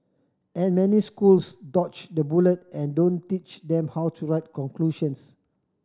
and many schools dodge the bullet and don't teach them how to write conclusions